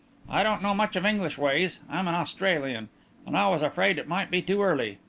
i don't know much of english ways i'm an australian and i was afraid it might be too early.